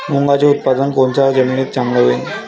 मुंगाचं उत्पादन कोनच्या जमीनीत चांगलं होईन?